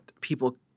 People